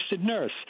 nurse